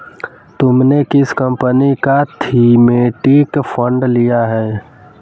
तुमने किस कंपनी का थीमेटिक फंड लिया है?